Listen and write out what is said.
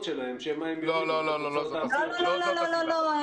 שלהם שמא הן יורידו את התוצאות הארציות.